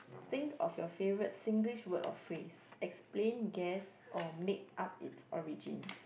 think of your favourite Singlish word or phrase explain guess or make-up its origins